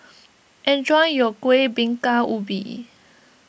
enjoy your Kueh Bingka Ubi